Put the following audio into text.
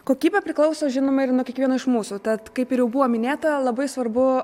kokybė priklauso žinoma ir nuo kiekvieno iš mūsų tad kaip ir jau buvo minėta labai svarbu